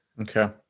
Okay